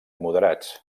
moderats